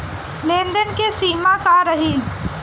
लेन देन के सिमा का रही?